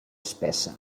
espessa